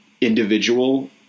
individual